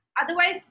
Otherwise